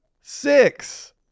Six